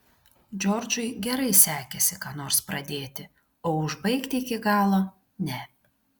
džordžui gerai sekėsi ką nors pradėti o užbaigti iki galo ne